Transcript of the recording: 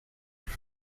plus